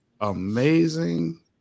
amazing